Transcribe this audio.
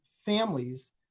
Families